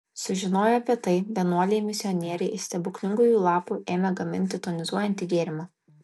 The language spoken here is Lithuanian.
sužinoję apie tai vienuoliai misionieriai iš stebuklingųjų lapų ėmė gaminti tonizuojantį gėrimą